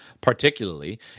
particularly